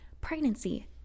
Pregnancy